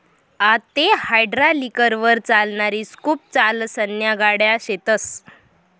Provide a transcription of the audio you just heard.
आते हायड्रालिकलवर चालणारी स्कूप चाकसन्या गाड्या शेतस